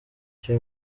cye